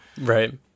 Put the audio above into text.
Right